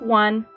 one